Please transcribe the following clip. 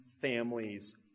families